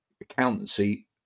accountancy